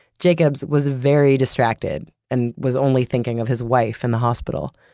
jacobs was very distracted and was only thinking of his wife in the hospital.